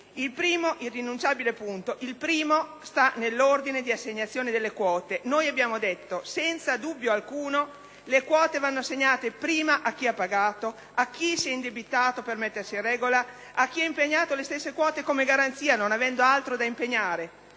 punto sta nell'ordine di assegnazione delle quote. Noi abbiamo detto che, senza dubbio alcuno, le quote vanno prima assegnate a chi ha pagato, a chi si è indebitato per mettersi in regola, a chi ha impegnato le stesse quote come garanzia, non avendo altro da impegnare;